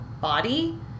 body